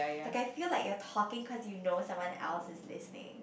like I feel like you're talking cause you know someone else is listening